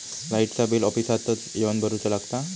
लाईटाचा बिल ऑफिसातच येवन भरुचा लागता?